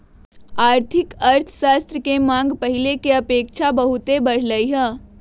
आर्थिक अर्थशास्त्र के मांग पहिले के अपेक्षा बहुते बढ़लइ ह